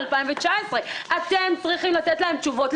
2019. אתם צריכים לתת להם תשובות,